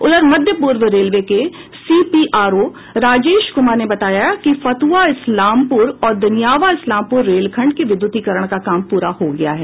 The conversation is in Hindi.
उधर मध्य पूर्व रेलवे के सीपीआरओ राजेश कुमार ने बताया कि फतुहा इस्लामपुर और दनियावां इस्लामपुर रेलखंड के विद्युतीकरण का काम पूरा हो गया है